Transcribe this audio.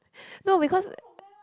no because